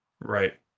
Right